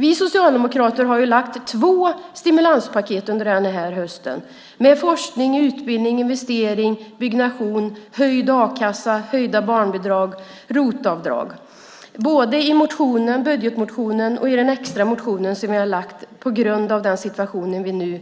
Vi socialdemokrater har lagt fram två stimulanspaket under den här hösten med forskning, utbildning, investering, byggnation, höjd a-kassa, höjda barnbidrag och ROT-avdrag, både i budgetmotionen och i den extra motion som vi har väckt på grund av den situation vi nu